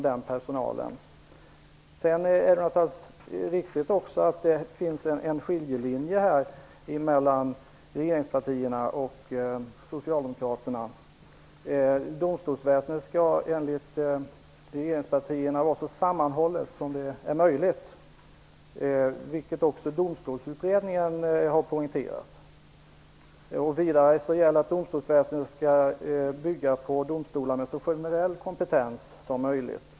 Det är också riktigt att det finns en skiljelinje här mellan regeringspartierna och Socialdemokraterna. Enligt regeringspartierna skall domstolsväsendet vara så sammanhållet som möjligt, vilket också Domstolsutredningen har poängterat. Vidare gäller att domstolsväsendet skall bygga på domstolar med så generell kompetens som möjligt.